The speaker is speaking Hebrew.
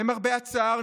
למרבה הצער,